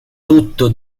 tutto